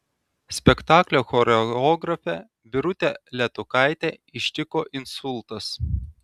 spektaklio choreografę birutę letukaitę ištiko insultas